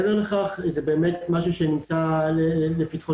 מעבר לכך זה באמת משהו שנמצא על פתחו